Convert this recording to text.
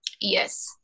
Yes